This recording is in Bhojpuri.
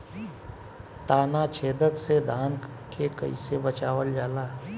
ताना छेदक से धान के कइसे बचावल जाला?